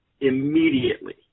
immediately